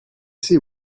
see